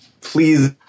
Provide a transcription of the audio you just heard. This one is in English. Please